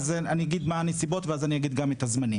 אני אגיד מה הנסיבות, ואז אני אגיד גם את הזמנים.